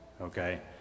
okay